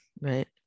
right